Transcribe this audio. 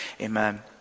amen